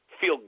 feel